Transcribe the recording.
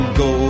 go